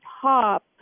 top